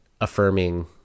affirming